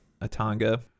Atanga